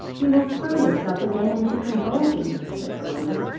you will throw yourself again into convulsions, said belinda.